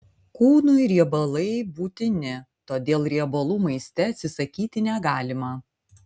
kūnui riebalai būtini todėl riebalų maiste atsisakyti negalima